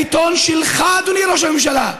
העיתון שלך, אדוני ראש הממשלה,